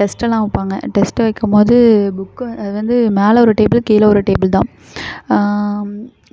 டெஸ்ட்டெலாம் வைப்பாங்க டெஸ்ட்டு வைக்கும் போது புக்கு வந்து மேலே ஒரு டேபிள் கீழே ஒரு டேபிள் தான்